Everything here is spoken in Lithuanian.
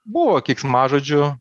buvo keiksmažodžių